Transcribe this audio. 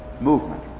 movement